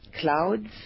clouds